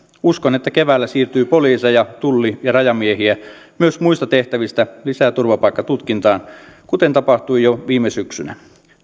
uskon että keväällä siirtyy poliiseja tulli ja rajamiehiä myös muista tehtävistä lisää turvapaikkatutkintaan kuten tapahtui jo viime syksynä